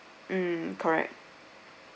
mm correct